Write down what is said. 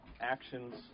actions